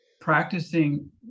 practicing